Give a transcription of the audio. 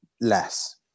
less